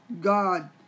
God